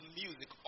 music